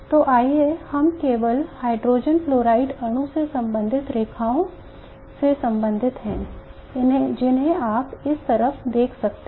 तो आइए हम केवल हाइड्रोजन फ्लोराइड अणु से संबंधित रेखाओं से संबंधित हैं जिन्हें आप इस तरफ देख सकते हैं